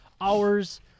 hours